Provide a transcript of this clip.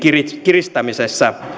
kiristämisessä